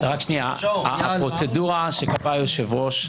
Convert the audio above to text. הפרוצדורה שקבע היושב-ראש,